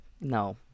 No